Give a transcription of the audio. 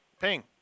Ping